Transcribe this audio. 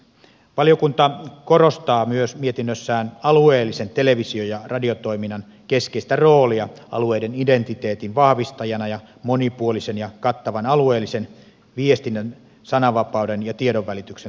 valiokunta korostaa myös mietinnössään alueellisen televisio ja radiotoiminnan keskeistä roolia alueiden identiteetin vahvistajana ja monipuolisen ja kattavan alueellisen viestinnän sananvapauden ja tiedonvälityksen takaajana